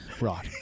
Right